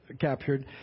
captured